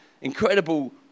incredible